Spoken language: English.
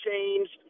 changed